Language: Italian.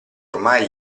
ormai